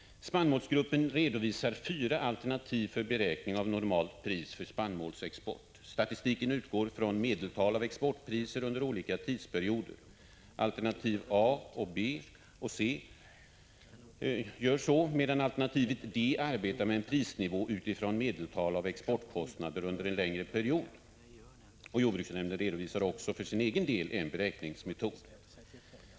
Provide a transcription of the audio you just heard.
Spannmålsgruppen redovisar fyra alternativ för beräkning av normalt pris för spannmålsexport. Statistiken utgår från medeltal av exportpriser under olika tidsperioder — det gäller för alternativ A, B och C, medan alternativ D arbetar med en prisnivå utifrån medeltal av exportkostnader under en längre period. Jordbruksnämnden redovisar också för sin egen del en beräkningsmetod.